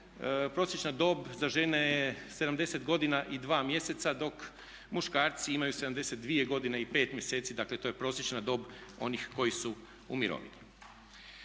prosječna dob za žene je 70 godina i 2 mjeseca dok muškarci imaju 72 godine i 5 mjeseci, dakle to je prosječna dob onih koji su u mirovini.